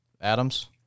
Adams